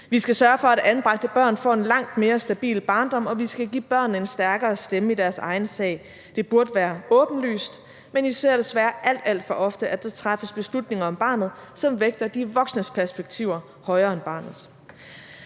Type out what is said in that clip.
Vi skal sørge for, at anbragte børn får en langt mere stabil barndom, og vi skal give børnene en stærkere stemme i deres egen sag. Det burde være åbenlyst, men vi ser desværre alt, alt for ofte, at der træffes beslutninger om barnet, som vægter de voksnes perspektiver højere end barnets.